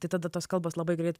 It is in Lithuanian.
tai tada tos kalbos labai greit